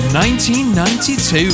1992